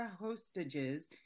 hostages